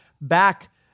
back